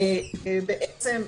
בעצם,